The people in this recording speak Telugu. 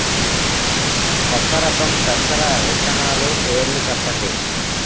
కొత్త రకం పెసర విత్తనాలు పేర్లు చెప్పండి?